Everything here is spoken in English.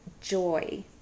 joy